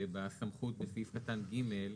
בסמכות לסעיף קטן ג'